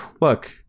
look